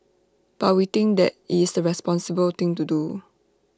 but we think that IT is the responsible thing to do